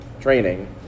training